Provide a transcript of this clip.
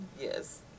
Yes